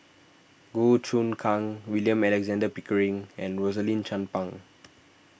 Goh Choon Kang William Alexander Pickering and Rosaline Chan Pang